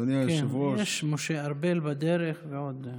אדוני היושב-ראש, יש, משה ארבל בדרך, ועוד.